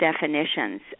definitions